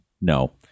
No